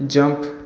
jump